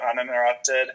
uninterrupted